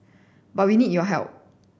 but we need your help